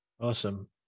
Awesome